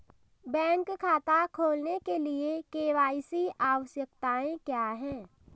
Bank खाता खोलने के लिए के.वाई.सी आवश्यकताएं क्या हैं?